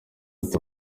ati